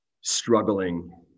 struggling